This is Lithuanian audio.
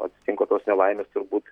atsitinka tos nelaimės turbūt